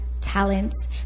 talents